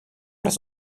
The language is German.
des